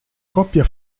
coppia